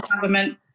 government